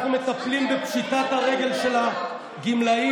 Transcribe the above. אנחנו מטפלים בפשיטת הרגל של הגמלאים,